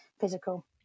physical